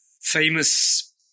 famous